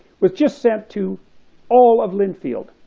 was just sent to all of linfield.